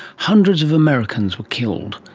hundreds of americans were killed.